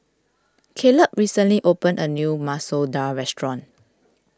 Caleb recently opened a new Masoor Dal restaurant